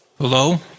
Hello